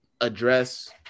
address